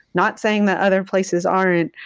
not saying that other places aren't,